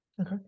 Okay